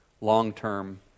long-term